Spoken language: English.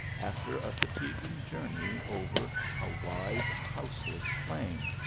after a fatiguing journey over a wide houseless plain,